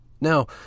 Now